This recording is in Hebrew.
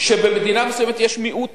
שבמדינה מסוימת יש מיעוט